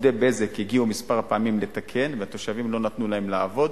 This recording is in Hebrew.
עובדי 'בזק' הגיעו כמה פעמים לתקן והתושבים לא נתנו להם לעבוד.